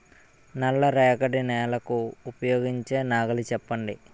నల్ల రేగడి నెలకు ఉపయోగించే నాగలి చెప్పండి?